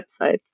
website